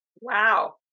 Wow